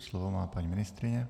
Slovo má paní ministryně.